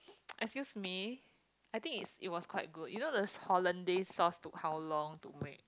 excuse me I think I think it was quite good you know those Holland days sauce took how long to make